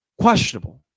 questionable